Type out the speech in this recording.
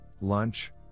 lunch